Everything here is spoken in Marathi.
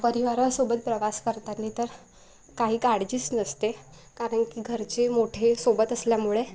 परिवारासोबत प्रवास करताना तर काही काळजीच नसते कारण की घरचे मोठे सोबत असल्यामुळे